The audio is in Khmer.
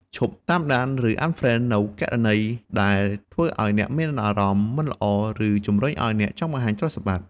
ឈប់តាមដាន ឬ Unfriend នូវគណនីដែលធ្វើឱ្យអ្នកមានអារម្មណ៍មិនល្អ ឬជំរុញឱ្យអ្នកចង់បង្ហាញទ្រព្យសម្បត្តិ។